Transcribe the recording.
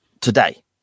today